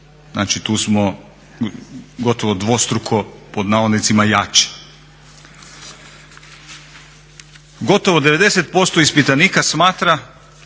znači tu smo gotovo dvostruko "jači". Gotovo 90% ispitanika smatra